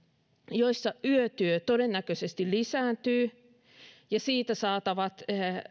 joissa yötyö todennäköisesti lisääntyy ja siitä saatavat